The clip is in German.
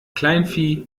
kleinvieh